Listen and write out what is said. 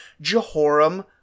Jehoram